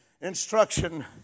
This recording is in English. Instruction